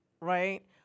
right